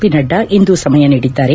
P Nadda ಇಂದು ಸಮಯ ನೀಡಿದ್ದಾರೆ